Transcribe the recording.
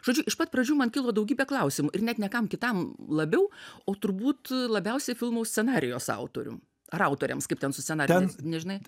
žodžiu iš pat pradžių man kilo daugybė klausimų ir net ne kam kitam labiau o turbūt labiausiai filmo scenarijaus autorium ar autoriams kaip ten su scenarijum nežinai